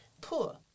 poor